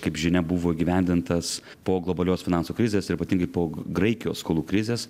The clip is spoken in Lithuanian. kaip žinia buvo įgyvendintas po globalios finansų krizės ir ypatingai po graikijos skolų krizės